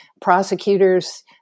prosecutors